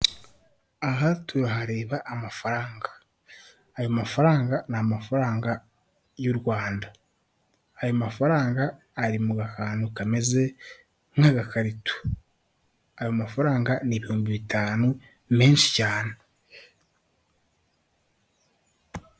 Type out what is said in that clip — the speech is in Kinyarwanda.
Aha turahareba amafaranga, ayo mafaranga ni amafaranga y'u Rwanda, ayo mafaranga ari mu kantu kameze nk'agakarito, ayo mafaranga ni ibihumbi bitanu menshi cyane.